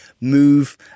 move